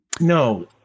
No